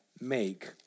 make